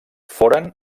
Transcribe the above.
foren